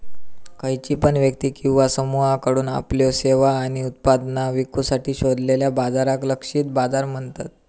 खयची पण व्यक्ती किंवा समुहाकडुन आपल्यो सेवा आणि उत्पादना विकुसाठी शोधलेल्या बाजाराक लक्षित बाजार म्हणतत